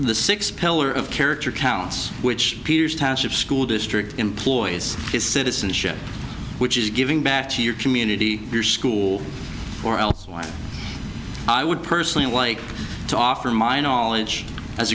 the six pillar of character counts which appears tash of school district employees his citizenship which is giving back to your community your school or else i would personally like to offer my knowledge as